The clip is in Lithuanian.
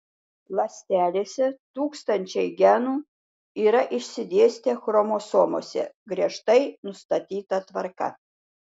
ląstelėse tūkstančiai genų yra išsidėstę chromosomose griežtai nustatyta tvarka